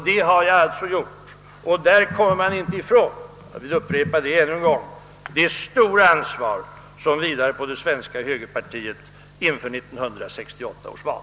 Det har jag alltså gjort och därvid kommer man inte ifrån — jag upprepar det ännu en gång — det stora ansvar som vilar på det svenska högerpartiet inför 1968 års val.